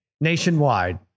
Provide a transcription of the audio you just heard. nationwide